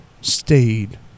stayed